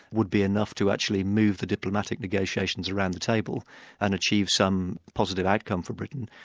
would be enough to actually move the diplomatic negotiations around the table and achieve some positive outcome from britain,